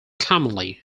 commonly